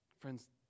Friends